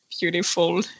beautiful